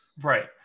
Right